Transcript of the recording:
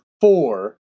four